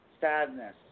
sadness